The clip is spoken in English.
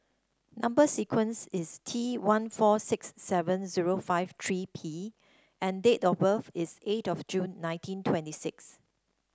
number sequence is T one four six seven zero five three P and date of birth is eight June nineteen twenty six